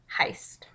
Heist